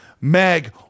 Meg